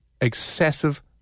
excessive